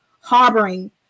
harboring